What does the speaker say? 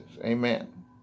Amen